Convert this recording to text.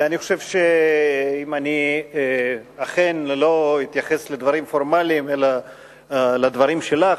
ואני חושב שאם אני לא אתייחס לדברים פורמליים אלא לדברים שלך,